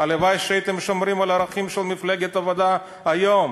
הלוואי שהייתם שומרים על הערכים של מפלגת העבודה היום.